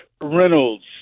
Reynolds